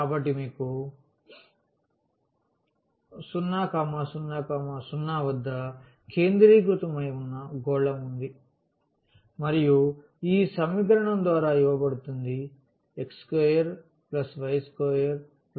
కాబట్టి మీకు 0 0 0 వద్ద కేంద్రీకృతమై ఉన్న గోళం ఉంది మరియు ఈ సమీకరణం ద్వారా ఇవ్వబడుతుంది x2y2z2a2